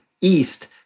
east